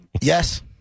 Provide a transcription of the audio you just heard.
Yes